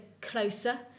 closer